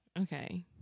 Okay